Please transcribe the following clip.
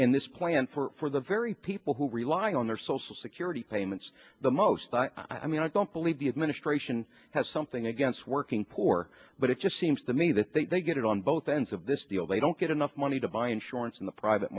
in this plan for the very people who rely on their social security payments the most i mean i don't believe the administration has something against working poor but it just seems to me that they get it on both ends of this deal they don't get enough money to buy insurance in the private